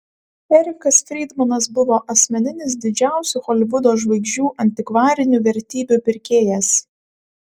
erikas frydmanas buvo asmeninis didžiausių holivudo žvaigždžių antikvarinių vertybių pirkėjas